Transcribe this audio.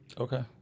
Okay